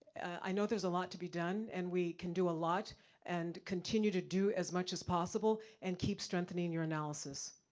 i know there's a lot to be done and we can do a lot and continue to do as much as possible and keep strengthening your analysis.